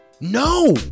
No